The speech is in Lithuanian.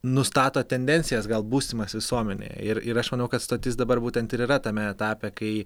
nustato tendencijas gal būsimas visuomenėj ir ir aš manau kad stotis dabar būtent ir yra tame etape kai